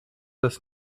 das